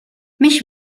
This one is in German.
mich